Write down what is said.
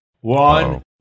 One